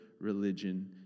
religion